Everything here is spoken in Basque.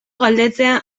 galdetzea